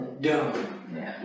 dumb